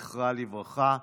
זכרה לברכה,